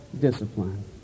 discipline